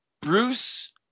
Bruce